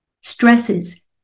stresses